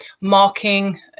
marking